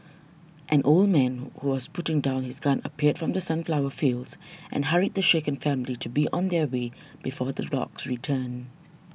an old man who was putting down his gun appeared from the sunflower fields and hurried the shaken family to be on their way before the dogs return